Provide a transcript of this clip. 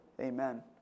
Amen